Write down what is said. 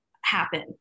happen